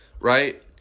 Right